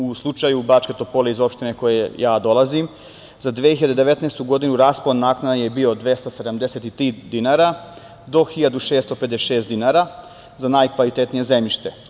U slučaju Bačke Topole, opštine iz koje ja dolazim, za 2019. godinu raspon naknada je bio 273 dinara do 1.656 dinara za najkvalitetnije zemljište.